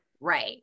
Right